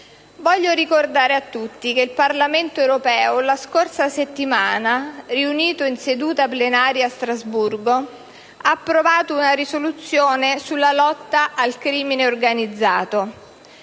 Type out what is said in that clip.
Voglio ricordare a tutti che il Parlamento europeo, la scorsa settimana, riunito in seduta plenaria a Strasburgo, ha approvato una risoluzione sulla lotta al crimine organizzato.